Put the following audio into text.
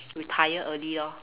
retire early lor